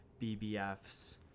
BBFs